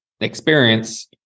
experience